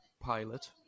pilot